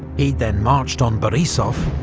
he'd then marched on borisov,